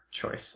choice